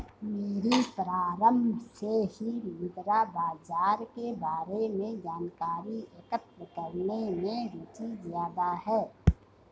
मेरी प्रारम्भ से ही मुद्रा बाजार के बारे में जानकारी एकत्र करने में रुचि ज्यादा है